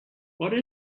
what